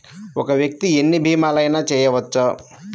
ఒక్క వ్యక్తి ఎన్ని భీమలయినా చేయవచ్చా?